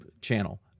channel